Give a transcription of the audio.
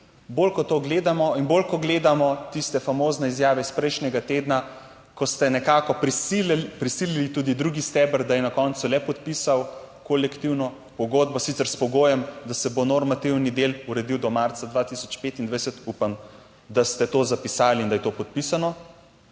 Bolj, ko to gledamo in bolj ko gledamo tiste famozne izjave iz prejšnjega tedna, ko ste nekako prisilili tudi drugi steber, da je na koncu le podpisal kolektivno pogodbo, sicer s pogojem, da se bo normativni del uredil do marca 2025, upam da ste to zapisali in da je to podpisano.